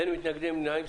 אין מתנגדים, אין נמנעים.